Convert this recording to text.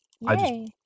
Yay